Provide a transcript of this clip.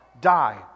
die